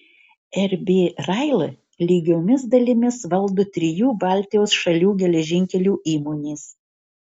rb rail lygiomis dalimis valdo trijų baltijos šalių geležinkelių įmonės